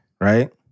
right